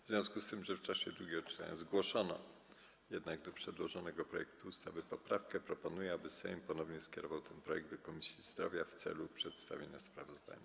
W związku z tym, że w czasie drugiego czytania zgłoszono do przedłożonego projektu ustawy poprawkę, proponuję, aby Sejm ponownie skierował ten projekt do Komisji Zdrowia w celu przedstawienia sprawozdania.